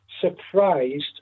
surprised